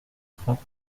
trente